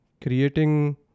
creating